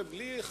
בלי,